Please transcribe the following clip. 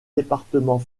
départements